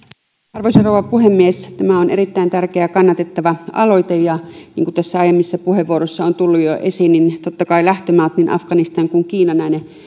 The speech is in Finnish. arvoisa rouva puhemies tämä on erittäin tärkeä ja kannatettava aloite ja niin kuin tässä aiemmissa puheenvuoroissa on tullut jo esiin totta kai lähtömaat niin afganistan kuin kiina näine